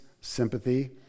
sympathy